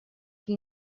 que